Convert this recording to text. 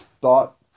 thought